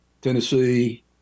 Tennessee